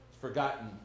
forgotten